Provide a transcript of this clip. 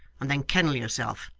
and then kennel yourself,